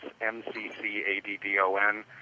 M-C-C-A-D-D-O-N